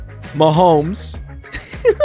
Mahomes